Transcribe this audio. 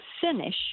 finish